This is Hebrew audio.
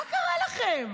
מה קרה לכם?